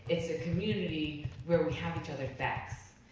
it's a community where we have each others backs.